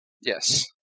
Yes